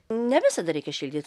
ne visada reikia šildyt